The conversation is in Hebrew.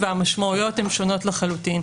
והמשמעויות שונות לחלוטין.